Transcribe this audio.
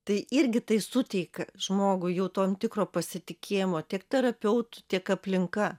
tai irgi tai suteikia žmogui jau tam tikro pasitikėjimo tiek terapeutu tiek aplinka